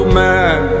man